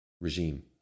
regime